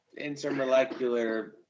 intermolecular